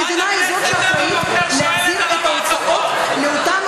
המדינה היא שאחראית להחזרת ההוצאות לאותם